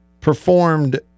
performed